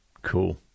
Cool